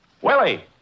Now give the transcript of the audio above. Willie